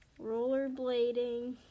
Rollerblading